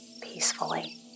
peacefully